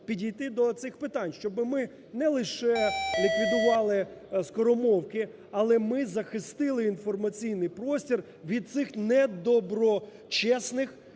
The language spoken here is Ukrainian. підійти до цих питань, щоби ми не лише ліквідували скоромовки, але ми захистили інформаційний простір від цих не доброчесних